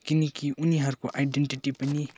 किनकि उनीहरूको आइडेन्टिटी पनि